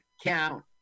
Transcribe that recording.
count